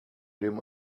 den